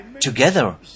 together